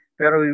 pero